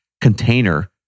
container